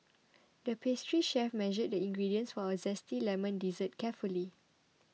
the pastry chef measured the ingredients for a Zesty Lemon Dessert carefully